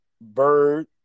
Bird